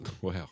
Wow